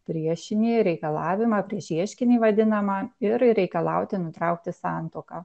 priešinį reikalavimą priešieškinį vadinamą ir reikalauti nutraukti santuoką